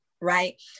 Right